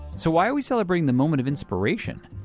so why are we celebrating the moment of inspiration?